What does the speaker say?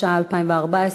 התשע"ה 2014,